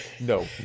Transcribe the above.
No